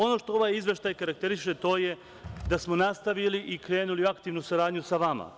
Ono što ovaj izveštaj karakteriše, to je da smo nastavili i krenuli u aktivnu saradnju sa vama.